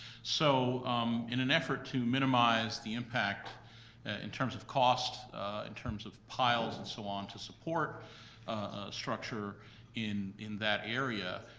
so in an effort to minimize the impact in terms of cost in terms of piles and so on to support a structure in in that area,